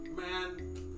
Man